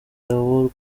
abo